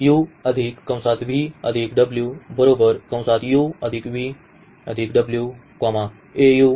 Associativity in s